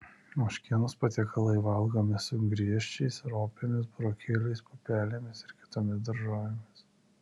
ožkienos patiekalai valgomi su griežčiais ropėmis burokėliais pupelėmis ir kitomis daržovėmis